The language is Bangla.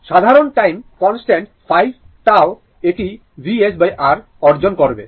সাধারণত টাইম কনস্ট্যান্ট 5 τ τ এটি VsR অর্জন করবে